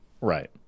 Right